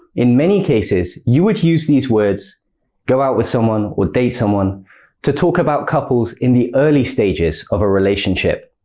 in many cases you would use these words go out with someone, date someone to talk about couples in the early stages of a relationship.